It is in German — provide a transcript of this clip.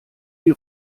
die